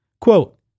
Quote